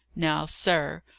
now, sir,